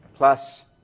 Plus